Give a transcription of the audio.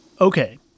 Okay